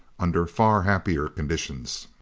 under far happier conditions.